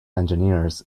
engineers